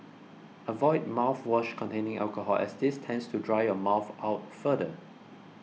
avoid mouthwash containing alcohol as this tends to dry your mouth out further